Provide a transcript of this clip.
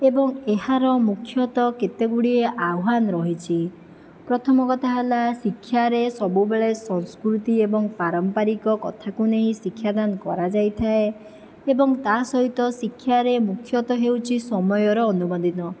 ଏବଂ ଏହାର ମୁଖ୍ୟତଃ କେତେଗୁଡ଼ିଏ ଆହ୍ଵାନ ରହିଛି ପ୍ରଥମ କଥା ହେଲା ଶିକ୍ଷାରେ ସବୁବେଳେ ସଂସ୍କୃତି ଏବଂ ପାରମ୍ପାରିକ କଥାକୁ ନେଇ ଶିକ୍ଷାଦାନ କରାଯାଇଥାଏ ଏବଂ ତା'ସହିତ ଶିକ୍ଷାରେ ମୁଖ୍ୟତଃ ହେଉଛି ସମୟର ଅନୁମଦିନ